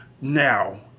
Now